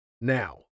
Now